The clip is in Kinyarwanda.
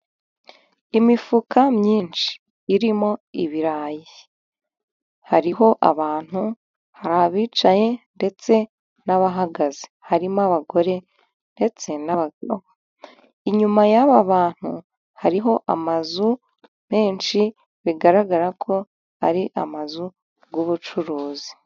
Imifuka myinshi irimo ibirayi, hariho abantu hari abicaye ndetse n'abahagaze, harimo abagore ndetse n'abagabo, inyuma y'aba bantu hariho amazu menshi bigaragara ko ari amazu y'ubucuruzi.